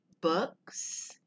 books